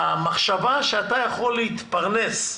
המחשבה שאתה יכול להתפרנס,